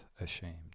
ashamed